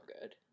good